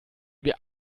wir